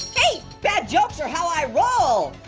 hey, bad jokes are how i roll.